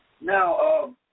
Now